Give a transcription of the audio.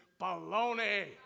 baloney